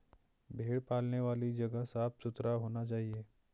भेड़ पालने वाली जगह साफ सुथरा होना चाहिए